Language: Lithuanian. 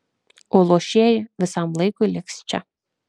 o luošieji visam laikui liks čia